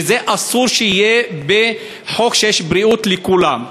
אסור שיהיה בחוק שיש בריאות לכולם.